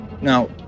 Now